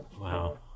Wow